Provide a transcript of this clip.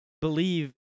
believe